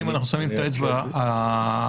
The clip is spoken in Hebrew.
אם אנחנו שמים את האצבע על הנקודה,